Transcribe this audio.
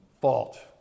fault